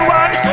one